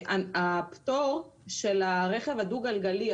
הפטור של הרכב הדו-גלגלי,